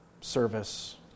service